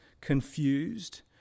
confused